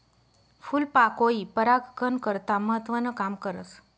फूलपाकोई परागकन करता महत्वनं काम करस